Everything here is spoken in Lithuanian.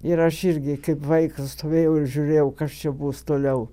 ir aš irgi kaip vaikas stovėjau ir žiūrėjau kas čia bus toliau